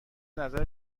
نظر